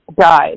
guide